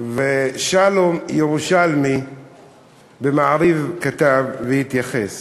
שלום ירושלמי כתב ב"מעריב" והתייחס